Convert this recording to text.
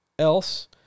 else